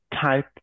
Type